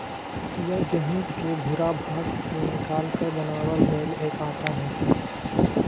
यह गेहूं के भूरा भाग के निकालकर बनावल गैल एक आटा हई